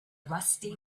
rusty